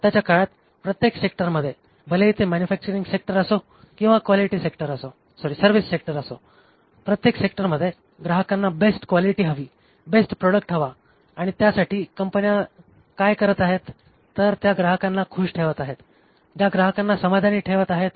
आताच्या काळात प्रत्येक सेक्टरमध्ये भलेही ते मॅन्युफॅक्चअरिंग सेक्टर असो किंवा सर्व्हिस सेक्टर असो प्रत्येक सेक्टरमध्ये ग्राहकांना बेस्ट क्वालिटी हवी बेस्ट प्रॉडक्ट हवा आणि त्यासाठी कंपन्या काय करत आहेत तर त्या ग्राहकांना खुश ठेवत आहेत त्या ग्राहकांना समाधानी ठेवत आहेत